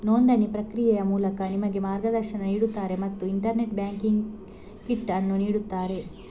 ನೋಂದಣಿ ಪ್ರಕ್ರಿಯೆಯ ಮೂಲಕ ನಿಮಗೆ ಮಾರ್ಗದರ್ಶನ ನೀಡುತ್ತಾರೆ ಮತ್ತು ಇಂಟರ್ನೆಟ್ ಬ್ಯಾಂಕಿಂಗ್ ಕಿಟ್ ಅನ್ನು ನೀಡುತ್ತಾರೆ